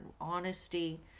honesty